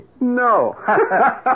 No